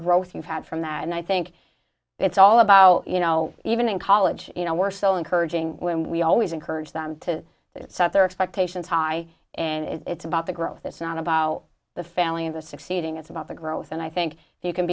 growth you've had from that and i think it's all about you know even in college you know we're still encouraging when we always encourage them to set their expectations high and it's about the growth this is not about the family and the succeeding it's about the growth and i think you can